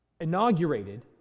inaugurated